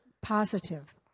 positive